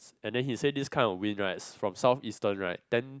and then he say this kind of wind right from south eastern right tend